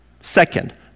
second